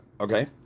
Okay